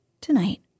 Tonight